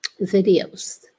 videos